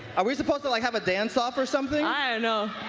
are we supposed to like have a dance off or something. i